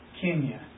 Kenya